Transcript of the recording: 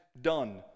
done